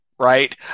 Right